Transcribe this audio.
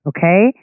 Okay